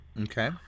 Okay